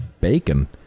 Bacon